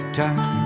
time